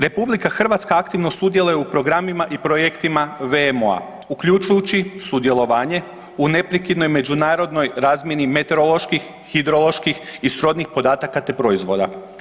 RH aktivno sudjeluje u programima i projektima WMO-a, uključujući sudjelovanje u neprekidnoj međunarodnoj razmjeni meteoroloških, hidroloških i srodnih podataka te proizvoda.